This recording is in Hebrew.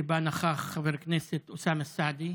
שבה נכח חבר הכנסת אוסאמה סעדי,